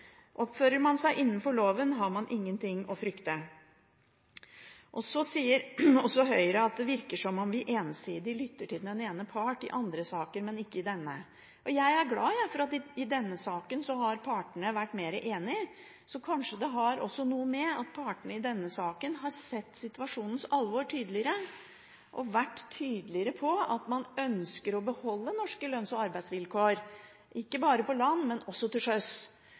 Oppfører man seg i henhold til loven, har man ingenting å frykte. Så sier også Høyre at det virker som om vi ensidig lytter til den ene part i andre saker, men ikke i denne. Jeg er glad for at partene i denne saken har vært mer enige. Kanskje har det også noe å gjøre med at partene i denne saken har sett situasjonens alvor tydeligere, og vært tydeligere på at man ønsker å beholde norske lønns- og arbeidsvilkår – ikke bare på land, men også til sjøs.